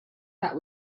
that